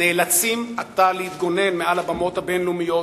נאלצים עתה להתגונן מעל הבמות הבין-לאומיות